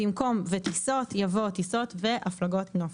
במקום "וטיסות" יבוא "טיסות והפלגות נופש".